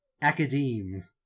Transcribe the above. Academe